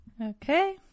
Okay